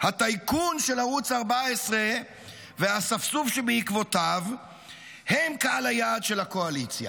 הטייקון של ערוץ 14 והאספסוף שבעקבותיו הם קהל היעד של הקואליציה.